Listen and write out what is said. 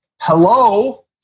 hello